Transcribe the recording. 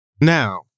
Now